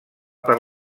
per